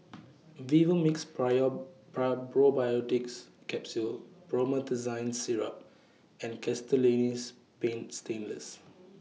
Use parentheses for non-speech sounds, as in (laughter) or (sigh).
(noise) Vivomixx Probiotics Capsule Promethazine Syrup and Castellani's Paint Stainless